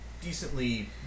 decently